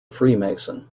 freemason